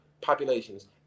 populations